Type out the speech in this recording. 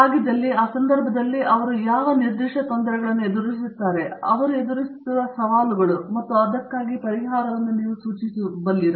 ಮತ್ತು ಹಾಗಿದ್ದಲ್ಲಿ ಅಥವಾ ಆ ಸಂದರ್ಭದಲ್ಲಿ ಅವರು ಯಾವ ನಿರ್ದಿಷ್ಟ ತೊಂದರೆಗಳನ್ನು ಎದುರಿಸುತ್ತಿದ್ದಾರೆ ಅವರು ಎದುರಿಸುತ್ತಿರುವ ಸವಾಲುಗಳು ಮತ್ತು ಹಾಗಿದ್ದಲ್ಲಿ ನೀವು ಹೇಗೆ ಪರಿಹಾರ ಸೂಚಿಸುತ್ತೀರಿ